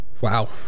wow